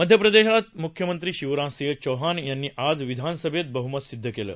मध्यप्रदेशात मुख्यमंत्री शिवराजसिंह चौहान यांनी आज विधानसभेत बहमत सिद्ध केलं